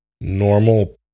normal